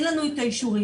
אין לנו את האישורים.